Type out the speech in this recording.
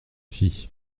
fille